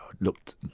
looked